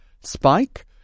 spike